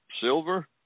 silver